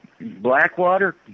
Blackwater